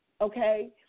Okay